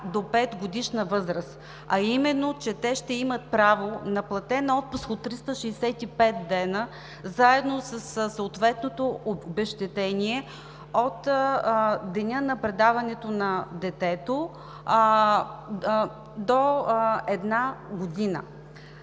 а именно, че те ще имат право на платен отпуск от 365 дни заедно със съответното обезщетение от деня на предаването на детето до една година.